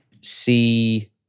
see